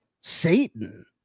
Satan